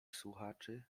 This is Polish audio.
słuchaczy